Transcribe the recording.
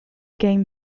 game